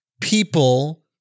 people